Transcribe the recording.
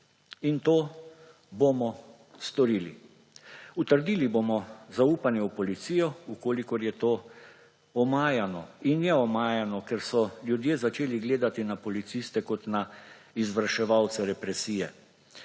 In to bomo storili. Utrdili bomo zaupanje v policijo, če je to omajano. In je omajano, ker so ljudje začeli gledati na policiste kot na izvrševalce represije.